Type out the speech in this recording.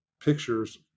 pictures